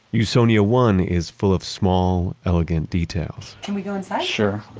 usonia one is full of small, elegant detail can we go inside? sure.